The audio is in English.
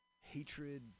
hatred